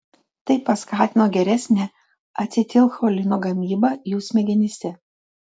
tai paskatino geresnę acetilcholino gamybą jų smegenyse